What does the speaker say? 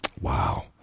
Wow